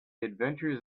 adventures